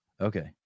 Okay